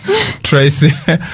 Tracy